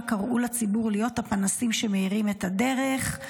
קראו לציבור להיות הפנסים שמאירים את הדרך,